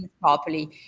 properly